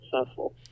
successful